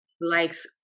likes